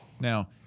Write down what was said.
Now